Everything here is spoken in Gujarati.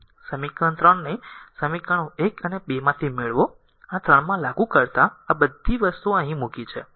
સમીકરણ 3 ને સમીકરણ r 1 અને 2 માંથી મેળવો અને 3 માં લાગુ કરતા આ બધી વસ્તુઓ અહીં મૂકી છે